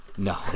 No